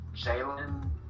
Jalen